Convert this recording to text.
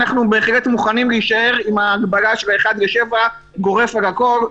אנחנו בהחלט מוכנים להישאר עם ההגבלה של 7:1 גורף על הכול.